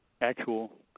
actual